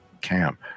camp